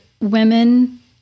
women